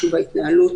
שכלית,